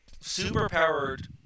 super-powered